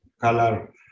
color